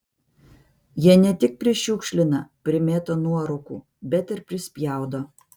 jie ne tik prišiukšlina primėto nuorūkų bet ir prispjaudo